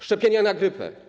Szczepienia na grypę.